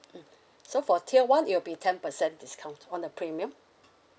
mm so for tier one it'll be ten percent discount on the premium